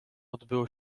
odbyło